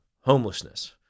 homelessness